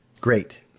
Great